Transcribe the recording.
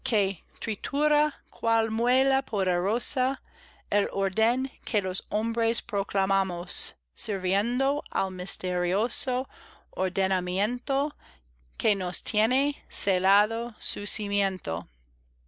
cual muela poderosa el orden que los hombres proclamamos sirviendo al misterioso ordenamiento que nos tiene celado su cimiento